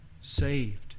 saved